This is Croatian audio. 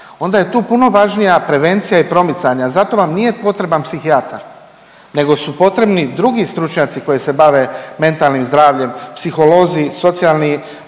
onda je tu puno važnija prevencija i promicanje. Za to vam nije potreban psihijatar, nego su potrebni drugi stručnjaci koji se bave mentalnim zdravljem psiholozi, socijalni